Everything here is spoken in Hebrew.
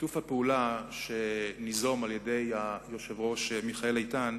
שיתוף הפעולה, שיזם היושב-ראש מיכאל איתן,